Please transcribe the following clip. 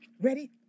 Ready